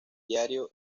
diario